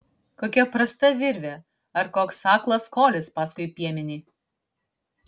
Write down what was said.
kokia prasta virvė ar koks aklas kolis paskui piemenį